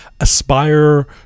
Aspire